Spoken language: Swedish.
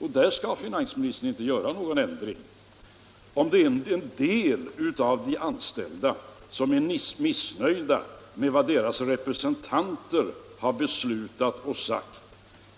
Om en del av de anställda är missnöjda med vad deras representanter har beslutat,